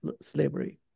slavery